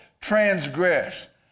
transgress